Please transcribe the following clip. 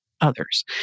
others